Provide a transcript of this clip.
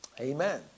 Amen